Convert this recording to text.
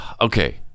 Okay